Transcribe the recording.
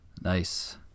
nice